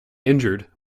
injured